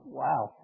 wow